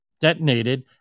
detonated